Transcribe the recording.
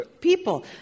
people